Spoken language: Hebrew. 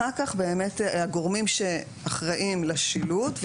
אחר כך הגורמים שאחראים לשילוט,